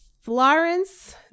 Florence